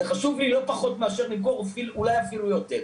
זה חשוב לי לא פחות ואולי אפילו יותר.